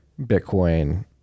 Bitcoin